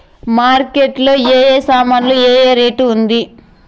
Market లో ఏ ఏ సామాన్లు ఏ ఏ రేటు ఉంది?